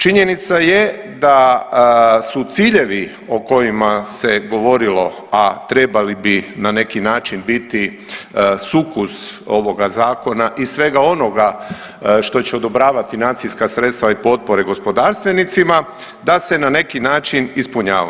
Činjenica je da su ciljevima o kojima se govorilo, a trebali bi na neki način biti sukus ovoga Zakona i svega onoga što će odobravati financijska sredstva i potpore gospodarstvenicima, da se na neki način ispunjavaju.